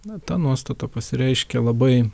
na ta nuostata pasireiškia labai